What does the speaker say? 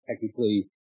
Technically